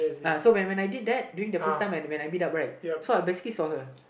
uh so when when I did that during the first time when when I meet up right so I basically saw her